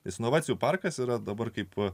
jis nuolat parkas yra dabar kaipo